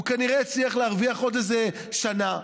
הוא כנראה יצליח להרוויח עוד איזה שנה,